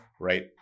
Right